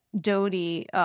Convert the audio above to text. Dodie